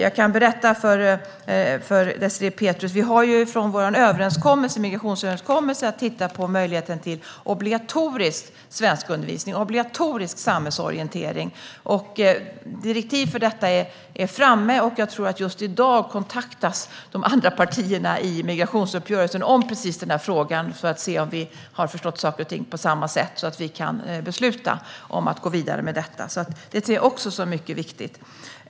Jag kan berätta för Désirée Pethrus att vi efter vår migrationsöverenskommelse har tittat på möjligheten till obligatorisk svenskundervisning och samhällsorientering. Direktiv för detta finns. Jag tror att det är just i dag som de andra partierna i migrationsuppgörelsen kontaktas i denna fråga för att se om vi har förstått saker och ting på samma sätt så att vi kan besluta att gå vidare med detta. Jag anser att det är mycket viktigt.